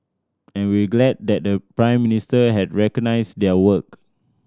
and we're glad that the Prime Minister has recognised their work